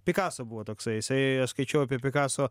pikaso buvo toksai jisai aš skaičiau apie pikaso